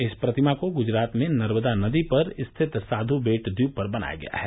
इस प्रतिमा को गुजरात में नर्मदा नदी पर स्थित साध् बेट द्वीप पर बनाया गया है